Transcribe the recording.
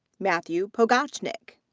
matthew pogacnik.